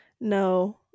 No